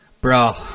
Bro